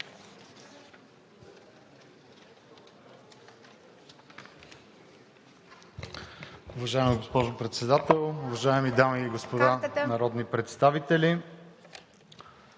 Уважаема госпожо Председател, уважаеми дами и господа народни представители,